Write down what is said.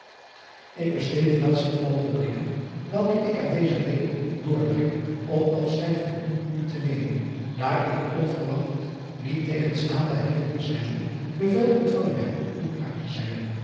k besteed de laatste oogenblikken welke ik aan deze reê doorbreng om afscheid van u driaan oosjes zn et leven van illegonda uisman u te nemen daar ik onverwacht niettegenstaande het wintersaizoen bevel ontvangen heb om uit te zeilen